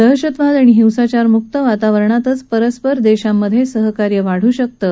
दहशतवाद आणि हिंसाचारमुक्त वातावरणातच परस्पर देशांमधे सहकार्य वाढू शकतं